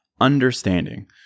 Understanding